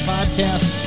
Podcast